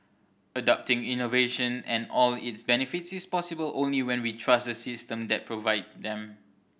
adopting innovation and all its benefits is possible only when we trust the system that provide them